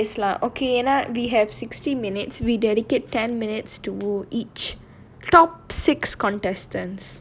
okay we have sixty minutes we dedicate ten minutes to each top six contestants